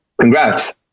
Congrats